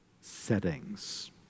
settings